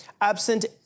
absent